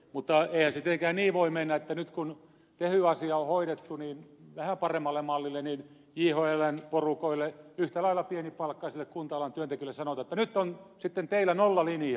mutta eihän se tietenkään niin voi mennä että nyt kun tehy asia on hoidettu vähän paremmalle mallille niin jhln porukoille yhtä lailla pienipalkkaisille kunta alan työntekijöille sanotaan että nyt on sitten teillä nollalinjaa